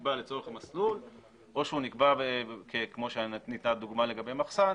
שנקבע לצורך מסלול או שהוא נקבע כמו הדוגמה שניתנה לגבי מחסן,